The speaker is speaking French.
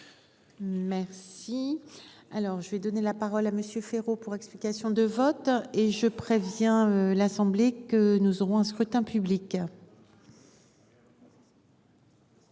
Merci. Alors je vais donner la parole à Monsieur Féraud pour explications de vote et je préviens l'assemblée que nous aurons un scrutin public.